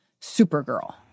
Supergirl